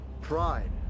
pride